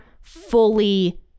fully